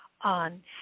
on